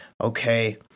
okay